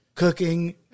cooking